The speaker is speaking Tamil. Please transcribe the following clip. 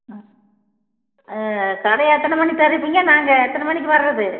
ம் கடை எத்தனை மணிக்கு திறப்பீங்க நாங்கள் எத்தனை மணிக்கு வர்றது